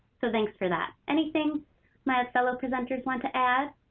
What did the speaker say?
so, thanks for that. anything my ah fellow presenters want to add?